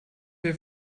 wir